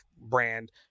brand